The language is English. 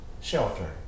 shelter